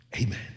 Amen